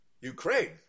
Ukraine